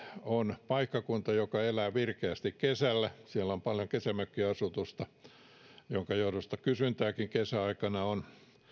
on paikkakunta joka elää virkeästi kesällä siellä on paljon kesämökkiasutusta minkä johdosta kysyntääkin kesäaikana on